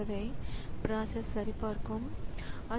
எனவே அவைகள் நினைவக சுழற்சிக்கு போட்டியிடத் தொடங்கும்